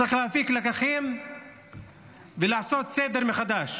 צריך להפיק לקחים ולעשות סדר מחדש.